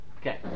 Okay